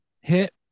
hit